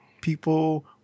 people